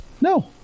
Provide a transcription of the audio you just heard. No